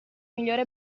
migliore